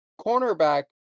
cornerback